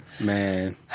man